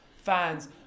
fans